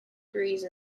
breeze